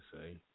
say